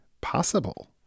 possible